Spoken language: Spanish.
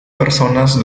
personas